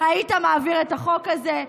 היית מעביר את החוק הזה.